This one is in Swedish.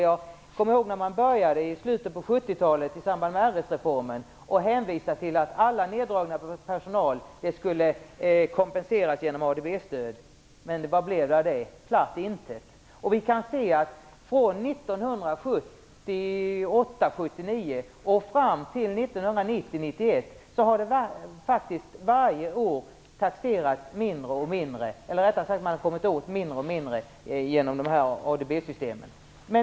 Jag kommer ihåg hur det var i slutet av 70-talet. Man hänvisade till att alla neddragningar av personalen skulle kompenseras med ADB-stöd. Vad blev det av det? Jo, platt intet! Jag kan se att från 1978, 1979 och fram till 1990, 1991 har man faktiskt varje år kommit åt mindre och mindre genom de här ADB-systemen.